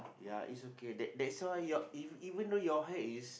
ya it's okay that that's why your even though your hair is